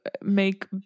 make